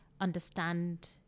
understand